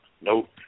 Nope